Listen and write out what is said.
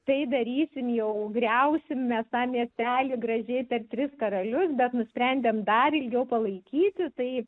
tai darysim jau griausim mes tą miestelį gražiai per tris karalius bet nusprendėm dar ilgiau palaikyti tai